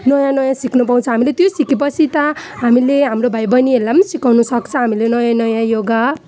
नयाँ नयाँ सिक्नु पाउँछ हामीले त्यो सिके पछि त हामीले हाम्रो भाइ बहिनीहरूलाई सिकाउनु सक्छ हामीले नयाँ नयाँ योगा